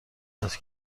است